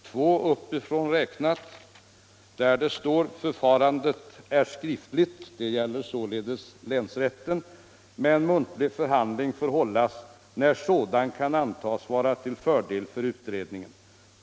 2 uppifrån räknat där det — det gäller således länsrätten — står följande: ”Förfarandet är skriftligt, men muntlig förhandling får hållas när sådan kan antas vara till fördel för utredningen.